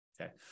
Okay